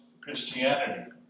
Christianity